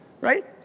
right